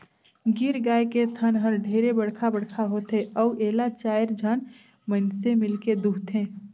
गीर गाय के थन हर ढेरे बड़खा बड़खा होथे अउ एला चायर झन मइनसे मिलके दुहथे